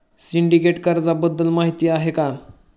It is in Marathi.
सिंडिकेट कर्जाबद्दल माहिती आहे का?